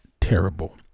terrible